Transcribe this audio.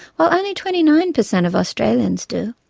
while only twenty nine per cent of australians do.